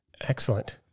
Excellent